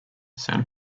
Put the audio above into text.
san